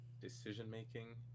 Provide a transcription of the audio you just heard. decision-making